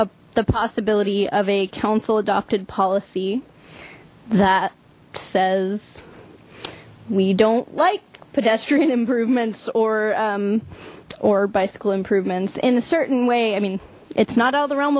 is the possibility of a council adopted policy that says we don't like pedestrian improvements or or bicycle improvements in a certain way i mean it's not all the realm